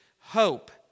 hope